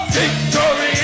victory